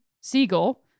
siegel